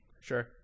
Sure